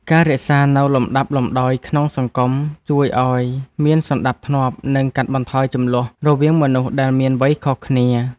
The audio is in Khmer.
ការរក្សានូវលំដាប់លំដោយក្នុងសង្គមជួយឱ្យមានសណ្តាប់ធ្នាប់ និងកាត់បន្ថយជម្លោះរវាងមនុស្សដែលមានវ័យខុសគ្នា។